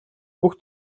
бүх